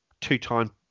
two-time